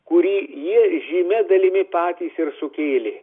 kurį jie žymia dalimi patys ir sukėlė